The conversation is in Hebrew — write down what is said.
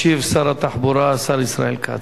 ישיב שר התחבורה, השר ישראל כץ.